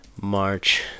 March